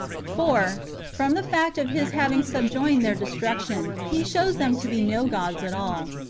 for, from the fact of his having subjoined their destruction, he shows them to be no gods at all.